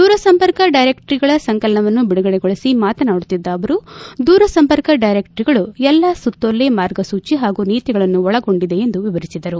ದೂರಸಂಪರ್ಕ ಡೈರೆಕ್ಷರಿಗಳ ಸಂಕಲನವನ್ನು ಬಿಡುಗಡೆಗೊಳಿಸಿ ಮಾತನಾಡುತ್ತಿದ್ದ ಅವರು ದೂರಸಂಪರ್ಕ ಡೈರೆಕ್ಷರಿಗಳು ಎಲ್ಲ ಸುತ್ತೋಲೆ ಮಾರ್ಗಸೂಜಿ ಹಾಗೂ ನೀತಿಗಳನ್ನು ಒಳಗೊಂಡಿವೆ ಎಂದು ವಿವರಿಸಿದರು